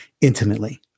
intimately